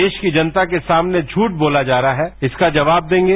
देश की जनता के सामने झूठ बोला जा रहा है इसका जवाब देंगे